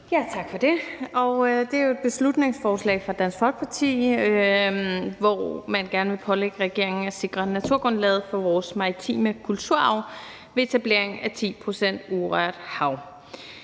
Tak for det. Det er jo et beslutningsforslag fra Dansk Folkeparti, hvor man gerne vil pålægge regeringen at sikre naturgrundlaget for vores maritime kulturarv ved etablering af 10 pct. urørt hav.